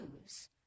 lose